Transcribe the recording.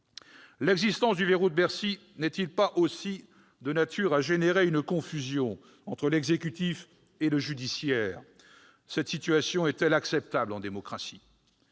L'existence du « verrou de Bercy » n'est-elle pas aussi de nature à engendrer une confusion entre l'exécutif et le judiciaire ? Cette situation est-elle acceptable en démocratie ?